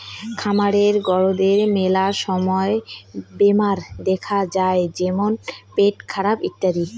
খামারের গরুদের মেলা সময় বেমার দেখাত যাই যেমন পেটখারাপ ইত্যাদি